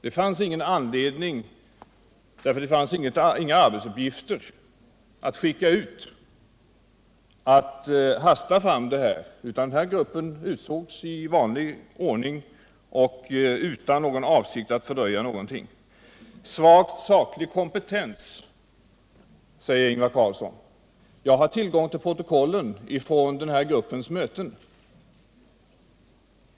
Det fanns inga arbetsuppgifter att skicka ut, och därför hade vi ingen anledning att förhasta oss. Gruppen utsågs i vanlig ordning och utan avsikt att fördröja någonting. Svag saklig kompetens, säger Ingvar Carlsson. Jag har tillgång till protokollen från gruppens möten.